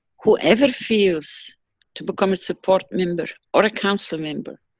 whoever feels to become a support member, or a council member,